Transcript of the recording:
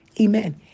Amen